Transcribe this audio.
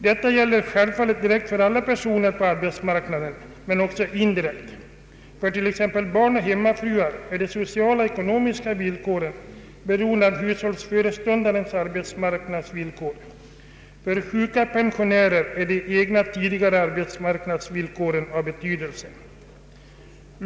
Detta gäller självfallet direkt för alla personer på arbetsmarknaden men också indirekt: för t.ex. barn och hemmafruar är de sociala och ekonomiska villkoren beroende av ”hushållsföreståndarens” arbetsmarknadsvillkor, för sjuka och pensionärer är de egna tidigare arbetsmarknadsvillkoren av betydelse.